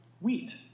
wheat